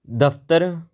ਦਫ਼ਤਰ